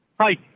Hi